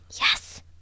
Yes